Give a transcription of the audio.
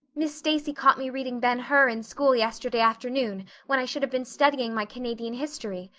miss stacy caught me reading ben hur in school yesterday afternoon when i should have been studying my canadian history.